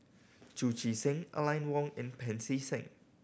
Chu Chee Seng Aline Wong and Pancy Seng